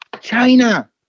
China